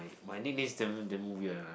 my nickname is damn damn weird lah